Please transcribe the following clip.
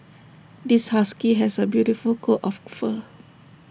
this husky has A beautiful coat of fur